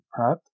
prepped